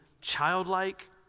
childlike